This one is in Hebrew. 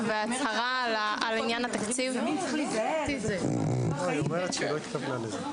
ננעלה בשעה 14:05.